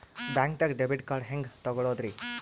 ಬ್ಯಾಂಕ್ದಾಗ debit card ಹೆಂಗ್ ತಗೊಳದ್ರಿ?